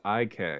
IK